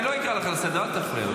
אני לא אקרא אותך לסדר, אל תפריע.